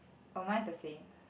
orh mine is the same